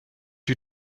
you